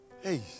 Hey